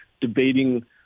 debating